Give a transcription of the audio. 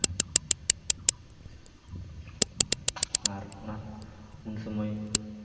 ᱟᱨ ᱚᱱᱟ ᱩᱱ ᱥᱚᱢᱚᱭ